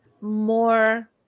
more